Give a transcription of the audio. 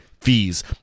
fees